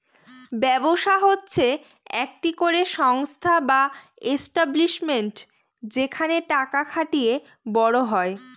ব্যবসা হচ্ছে একটি করে সংস্থা বা এস্টাব্লিশমেন্ট যেখানে টাকা খাটিয়ে বড় হয়